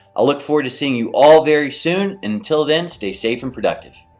i'll look forward to seeing you all very soon! until then, stay safe and productive!